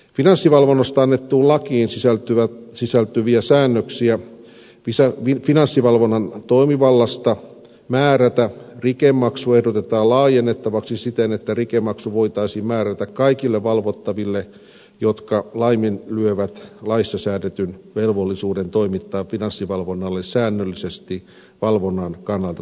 finanssivalvonnasta annettuun lakiin sisältyviä säännöksiä finanssivalvonnan toimivallasta määrätä rikemaksu ehdotetaan laajennettavaksi siten että rikemaksu voitaisiin määrätä kaikille valvottaville jotka laiminlyövät laissa säädetyn velvollisuuden toimittaa finanssivalvonnalle säännöllisesti valvonnan kannalta tarpeellisia tietoja